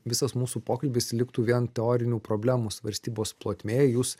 visas mūsų pokalbis liktų vien teorinių problemų svarstybos plotmė jūs